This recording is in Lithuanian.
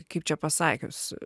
kaip čia pasakius